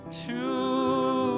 True